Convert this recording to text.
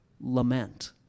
Lament